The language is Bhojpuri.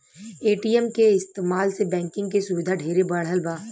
ए.टी.एम के इस्तमाल से बैंकिंग के सुविधा ढेरे बढ़ल बा